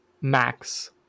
max